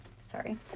sorry